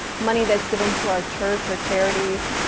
money that's given to our church or charities.